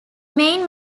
main